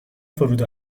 فرود